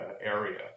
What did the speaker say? area